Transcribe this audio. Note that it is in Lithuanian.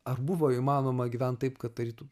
ar buvo įmanoma gyvent taip kad tarytum